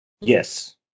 Yes